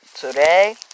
today